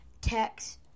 text